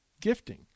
gifting